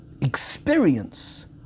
experience